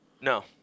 No